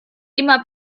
immer